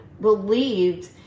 believed